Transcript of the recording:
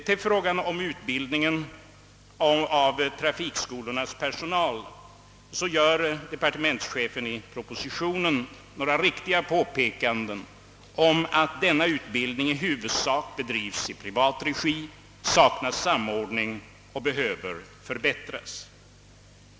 Till frågan om utbildningen av trafikskolornas personal gör departementschefen i propositionen några riktiga påpekanden om att denna utbildning i huvudsak bedrivs i privat regi, saknar samordning och behöver förbättras.